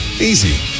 Easy